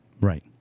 Right